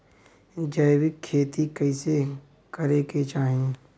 जैविक खेती कइसे करे के चाही?